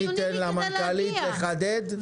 בואו ניתן למנכ"לית לחדד.